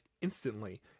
instantly